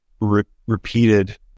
repeated